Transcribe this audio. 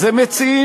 אז הם מציעים,